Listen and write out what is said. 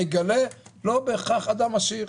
נגלה לא בהכרח אדם עשיר.